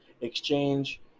exchange